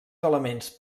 elements